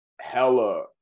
hella